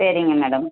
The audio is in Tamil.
சரிங்க மேடம்